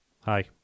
Hi